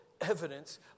evidence